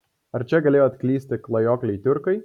ar čia galėjo atklysti klajokliai tiurkai